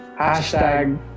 Hashtag